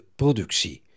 productie